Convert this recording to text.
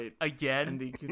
again